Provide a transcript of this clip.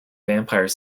vampire